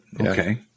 Okay